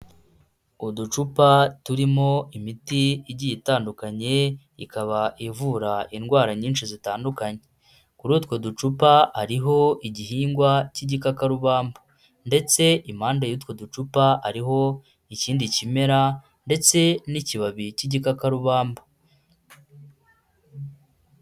Uducupa turimo imiti igiye itandukanye, ikaba ivura indwara nyinshi zitandukanye. Kuri utwo ducupa hariho igihingwa cy'igikakarubamba. Ndetse impande y'utwo ducupa hariho ikindi kimera ndetse n'ikibabi cy'igikakarubamba.